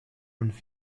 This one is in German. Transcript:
und